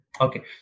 Okay